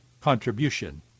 contribution